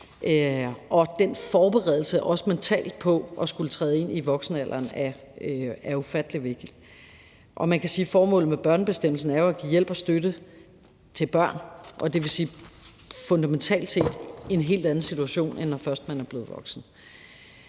og den forberedelse, også mentalt, på at skulle træde ind i voksenalderen er ufattelig vigtig. Man kan sige, at formålet med børnebestemmelsen jo er at give hjælp og støtte til børn, dvs. fundamentalt set en helt anden situation, end når først man er blevet voksen.